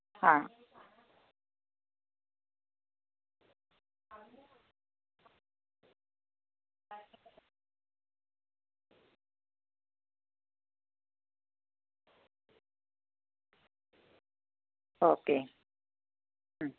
ആ ഓക്കെ